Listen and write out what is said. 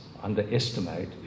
underestimate